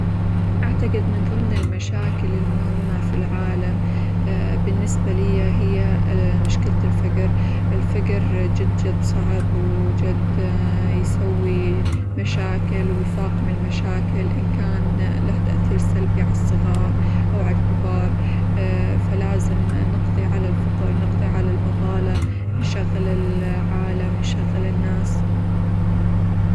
أعتقد من ظمن المشاكل المهمة في العالم بالنسبة لي هي مشكلة الفقر، الفقر جد جد صعب، وجد يسوي مشاكل، ويفاقم المشاكل إن كان له تأثير سلبي على الصغار، أو على الكبار، فلازم نقظى على الفقر، نقظى على البطالة، نشغل العالم، نشغل الناس.